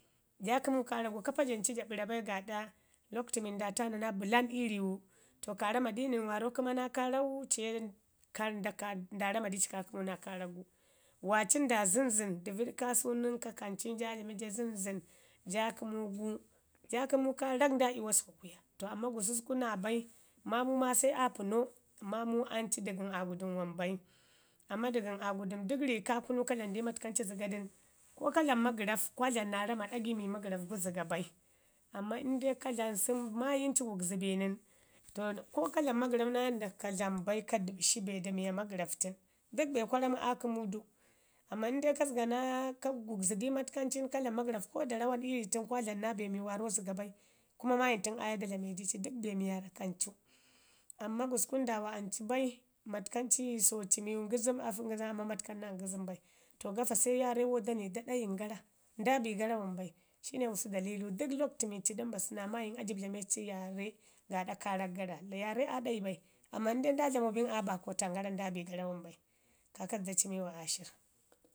ja kəmu kaarrak gu kapa janeu ja ɓəra bai gaaɗa lakwtu mi nda taama naa bəlan ii riwu, to ka ramadi nən, warrau kəma naa kaarau ciye nda rama di ci ka kəmu naa kaarak gu. Waaci nda zənzən, kakncin ja aadlame ja zənzən ja kəm gu. Ja kəmu kaarak nda yuwa sukwa kuya, to amman gususku naa bai maamu ma se aapəno, maamu an ci. Dəgəm Aagudum wam bai. Amma dəgan Aagudum dək ri kaa kunu ka dlamu di matkan, ci zəgadən ko kwa ellam magəraf kwa dlama ɗagai mi magəraf gu zəga bai, amman in ka dlamu sən maayim ci zəga bi nən to ka dlam magəraf naa yanda ka dlambai ka dəpshi be da miyo məgəraf tən. Dək be kwa ramu aa kəmu du amman indai zəga naa ka gugzi di matkam xi nən, ka dlam magəraf ko da rəwan kwa dlama naa be mu waarrau zəga bai, kuma mayin tən aya da dlame di ci dək be mi waarra kancu. Amma gusku ndaawa ancu bai matkam ci so ci miwu ngəzəm a fək ngəzəm amman matkam naa ngəzəm bai, to gafa se yarre wau dani da ɗayin gara, nda bi gara wambai, shine gusku dalilu dək lakwtu mi ci da mbasu naa maayim a jib dlame ci yaarre gaaɗa kaarak gara. Yaaru aa ɗayi bai amman in dai nda dlamo bin aa baakotan gara nda bi gara wam bai kaakasku da cimu aashirr.